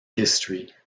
history